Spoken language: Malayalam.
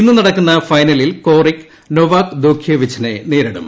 ഇന്ന് നടക്കുന്ന ഫൈനലിൽ കോറിക് നൊവാക് ദ്യോകോവിച്ചിനെ നേരിടും